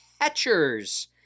catchers